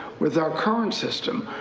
with our current system,